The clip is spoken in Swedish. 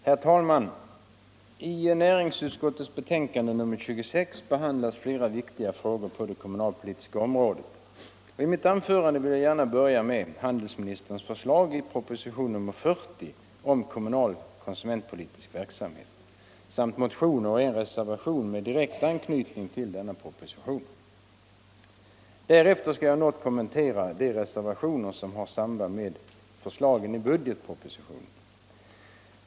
Herr talman! I näringsutskottets betänkande nr 26 behandlas flera viktiga frågor på det konsumentpolitiska området. I mitt anförande vill jag gärna börja med handelsministerns förslag i proposition nr 40 om kommunal konsumentpolitisk verksamhet, samt motioner och en reservation med direkt anknytning till denna proposition. Därefter skall jag något kommentera de reservationer som har samband med förslagen i budgetpropositionen.